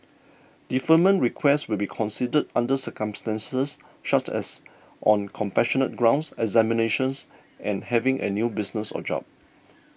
deferment requests will be considered under circumstances such as on compassionate grounds examinations and having a new business or job